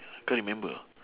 can't remember